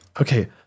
okay